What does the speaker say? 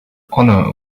honor